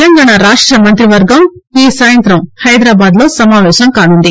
తెలంగాణ రాష్ట మంత్రివర్గం ఈ సాయంత్రం హైదరాబాద్లో సమావేశం కానుంది